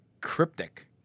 cryptic